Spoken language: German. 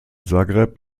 zagreb